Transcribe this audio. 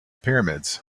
pyramids